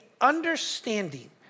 understanding